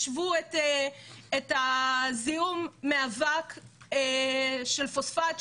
השוו את הזיהום מאבק של פוספט,